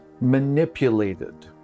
manipulated